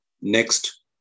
Next